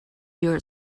your